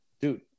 Dude